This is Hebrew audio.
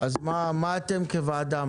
מה אתם כוועדה,